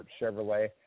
Chevrolet